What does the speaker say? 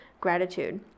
gratitude